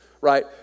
right